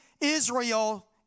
Israel